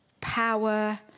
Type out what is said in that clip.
power